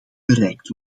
bereikt